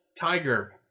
tiger